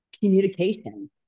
communication